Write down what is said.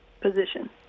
position